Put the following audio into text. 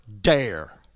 dare